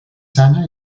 sana